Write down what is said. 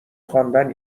خواندن